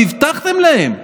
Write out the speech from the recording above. והבטחתם להם.